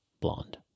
blonde